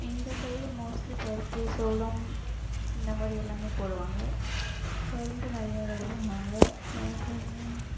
இந்த side mostly பருத்தி சோளம் இந்தமாதிரி எல்லாமே போடுவாங்க கரும்பு நிறைய அறுவடை பண்ணுவாங்க வேறு